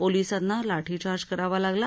पोलिसांना लाठीचार्ज करावा लागला